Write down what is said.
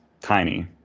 tiny